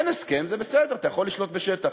אין הסכם, זה בסדר, אתה יכול לשלוט בשטח.